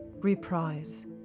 Reprise